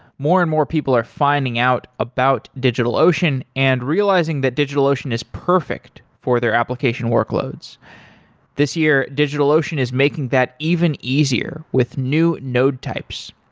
more and more, people are finding out about digitalocean and realizing that digitalocean is perfect for their application workloads this year, digitalocean is making that even easier with new node types.